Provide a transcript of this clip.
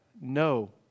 no